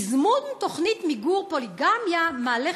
תזמון תוכנית מיגור פוליגמיה מעלה